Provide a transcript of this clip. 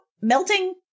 melting